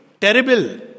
terrible